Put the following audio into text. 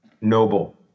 noble